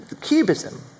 Cubism